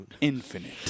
infinite